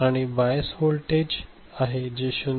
आणि हे bias voltage आहे जे 0